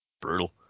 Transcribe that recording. Brutal